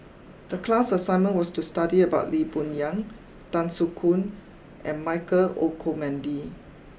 the class assignment was to study about Lee Boon Yang Tan Soo Khoon and Michael Olcomendy